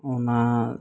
ᱚᱱᱟ